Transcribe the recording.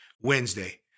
Wednesday